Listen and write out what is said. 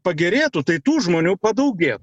pagerėtų tai tų žmonių padaugėtų